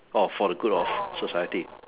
or for the good of society